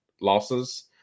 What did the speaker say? losses